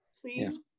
please